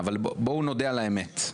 בואו נודה באמת.